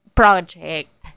project